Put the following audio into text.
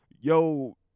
yo